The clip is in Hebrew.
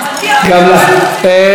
מיכל,